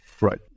Right